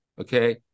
Okay